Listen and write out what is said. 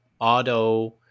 auto